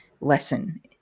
lesson